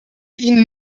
ihnen